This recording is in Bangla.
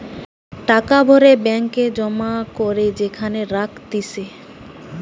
টাকা ভরে ব্যাঙ্ক এ জমা করে যেখানে রাখতিছে